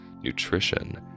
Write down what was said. nutrition